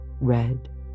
red